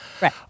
Right